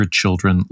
children